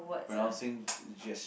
pronouncing gest